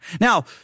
Now